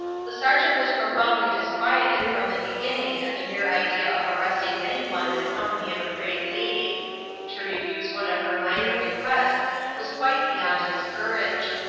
the sergeant was profoundly disquieted from the beginning at the mere idea of arresting anyone in the company of a great lady to refuse one of her minor requests was quite beyond his courage.